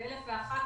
ובאלף ואחת